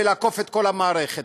ולעקוף את כל המערכת.